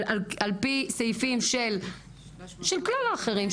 אבל על פי סעיפים של כלל האחרים,